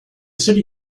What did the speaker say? city